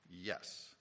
yes